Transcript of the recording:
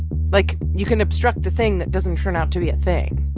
like, you can obstruct a thing that doesn't turn out to be a thing.